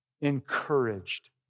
encouraged